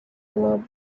club